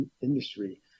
industry